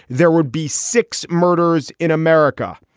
there would be six murders in america.